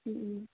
ம் ம்